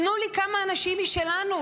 תנו לי כמה אנשים שלנו,